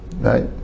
right